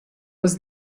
was